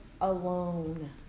alone